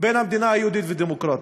בין המדינה היהודית לדמוקרטית.